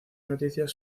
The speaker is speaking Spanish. noticias